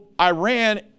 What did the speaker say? Iran